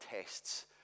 tests